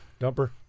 Dumper